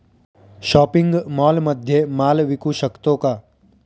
Shopping मॉलमध्ये माल विकू शकतो का?